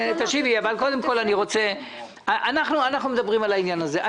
אנחנו מדברים על העניין הזה.